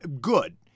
good